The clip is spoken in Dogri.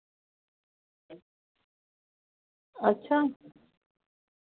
अच्छा